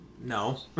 No